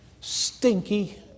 stinky